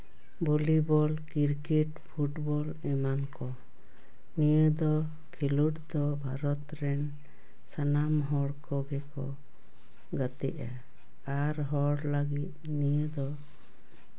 volleyball cricket football ᱮᱢᱟᱱ ᱠᱚ ᱱᱤᱭᱟᱹ ᱫᱚ ᱠᱷᱮᱞᱳᱰ ᱫᱚ ᱵᱷᱟᱨᱚᱛ ᱨᱮᱱ ᱥᱟᱱᱟᱢ ᱦᱚᱲ ᱠᱚᱜᱮ ᱠᱚ ᱜᱟᱛᱮᱜᱼᱟ ᱟᱨ ᱦᱚᱲ ᱞᱟᱹᱜᱤᱫ ᱱᱤᱭᱟᱹ ᱫᱚ